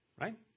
right